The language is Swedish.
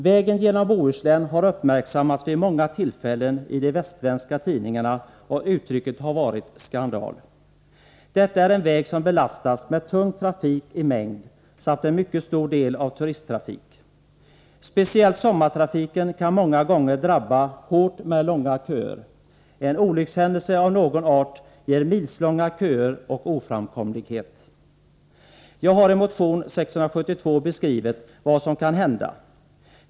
Vägen genom Bohuslän har uppmärksammats vid många tillfällen i de västsvenska tidningarna, och det uttryck som använts har varit skandal. Detta är en väg som belastas med tung trafik i mängd samt en mycket stor del turisttrafik. Speciellt sommartrafiken kan många gånger drabba hårt med långa köer. En olyckshändelse av någon art ger milslånga köer och oframkomlighet. Jag har i motion 672 beskrivit vad som kan hända.